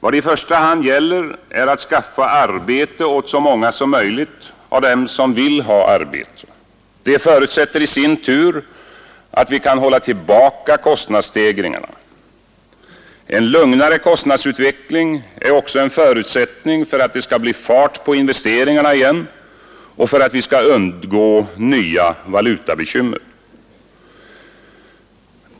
Vad det i första hand gäller är att skaffa arbete åt så många som möjligt av dem som vill ha arbete. Det förutsätter i sin tur att vi kan hålla tillbaka kostnadsstegringarna. En lugnare kostnadsutveckling är också en förutsättning för att det skall bli fart på investeringarna igen och för att vi skall undgå nya valutabekymmer.